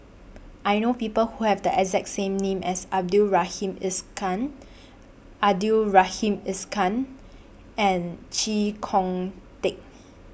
I know People Who Have The exact same name as Abdul Rahim Abdul Rahim and Chee Kong Tet